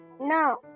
no